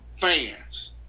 fans